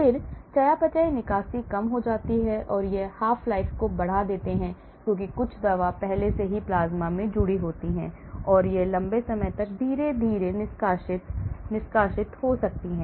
फिर चयापचय निकासी कम हो जाती है और यह half life को बढ़ा देता है क्योंकि कुछ दवा पहले से ही प्लाज्मा से जुड़ी होती है और यह लंबे समय तक धीरे धीरे निष्कासन हो सकता है